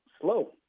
slow